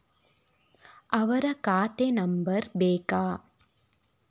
ಅವರ ಖಾತೆ ನಂಬರ್ ಬೇಕಾ?